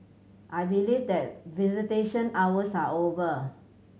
I believe that visitation hours are over